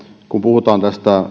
kun puhutaan